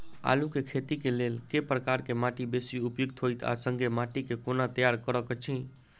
आलु केँ खेती केँ लेल केँ प्रकार केँ माटि बेसी उपयुक्त होइत आ संगे माटि केँ कोना तैयार करऽ छी?